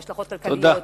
והשלכות כלכליות.